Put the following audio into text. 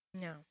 No